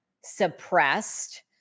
suppressed